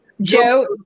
Joe